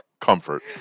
comfort